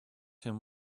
him